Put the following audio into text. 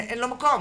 אין לו מקום,